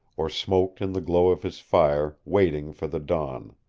or smoked in the glow of his fire, waiting for the dawn.